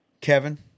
Kevin